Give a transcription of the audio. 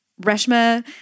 Reshma